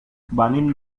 venim